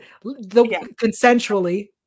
consensually